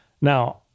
Now